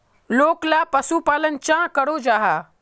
लोकला पशुपालन चाँ करो जाहा?